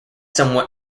somewhat